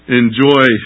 enjoy